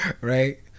right